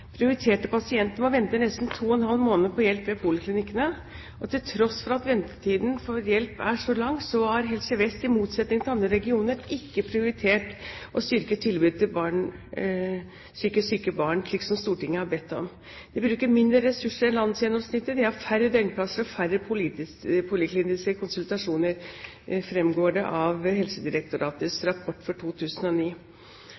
Prioriterte pasienter må vente nesten to og en halv måned på hjelp ved poliklinikkene. Til tross for at ventetiden for hjelp er så lang, har Helse Vest i motsetning til andre regioner ikke prioritert å styrke tilbudet til psykisk syke barn, slik Stortinget har bedt om. De bruker mindre ressurser enn landsgjennomsnittet, de har færre døgnplasser og færre polikliniske konsultasjoner, fremgår det av Helsedirektoratets